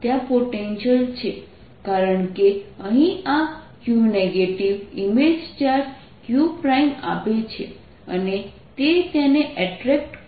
ત્યાં પોટેન્શિયલ છે કારણ કે અહીં આ q નેગેટિવ ઇમેજ ચાર્જ qઆપે છે અને તે તેને એટ્રેક્ટ કરે છે